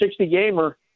60-gamer